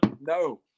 No